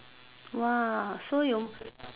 !wah! so you